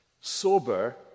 sober